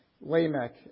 Lamech